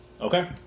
Okay